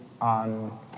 on